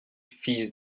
fils